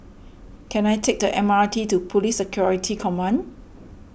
can I take the M R T to Police Security Command